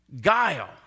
guile